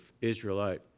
Israelite